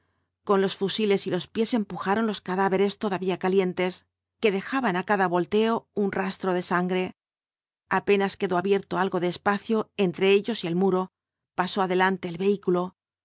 con los fusiles y los pies empujaron los cadáveres todavía calientes que dejaban á cada volteo un rastro de sangre apenas quedó abierto algo de espacio enti'e ellos y el muro pasó adelante el vehículo